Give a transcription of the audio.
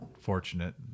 fortunate